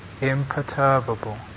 Imperturbable